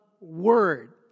word